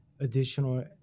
additional